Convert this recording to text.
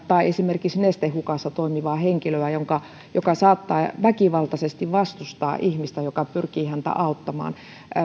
tai esimerkiksi nestehukassa toimivaa henkilöä joka saattaa väkivaltaisesti vastustaa ihmistä joka pyrkii häntä auttamaan